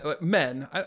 Men